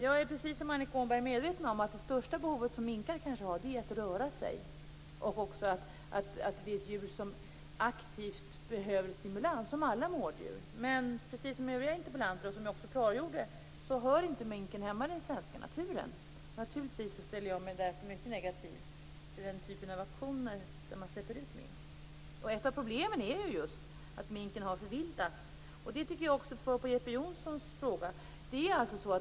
Jag är, precis som Annika Åhnberg, medveten om att det största behovet som minkar har är att röra sig. Det finns också djur som aktivt behöver stimulans, som alla mårddjur. Men som övriga i debatten har sagt, och som jag klargjorde, hör inte minken hemma i den svenska naturen. Jag ställer mig naturligtvis därför mycket negativ till den typ av aktioner där man släpper ut minkar. Ett av problemen är just att minken har förvildats. Det är också ett svar på Jeppe Johnssons fråga.